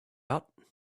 out